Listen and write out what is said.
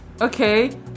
Okay